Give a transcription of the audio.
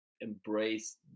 embrace